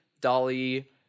Dolly